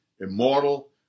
immortal